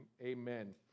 Amen